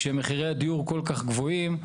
כאשר מחירי הדיון כל כך גבוהים,